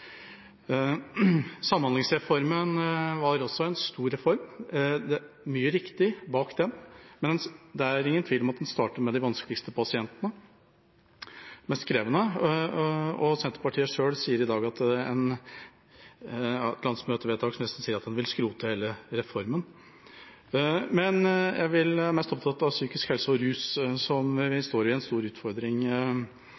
Samhandlingsreformen var også en stor reform, det var mye riktig bak den, men det er ingen tvil om at den starter med de mest krevende pasientene, og Senterpartiet har et landsmøtevedtak som sier at de vil skrote hele reformen. Jeg er mest opptatt av psykisk helse og rus, hvor vi står overfor en stor utfordring.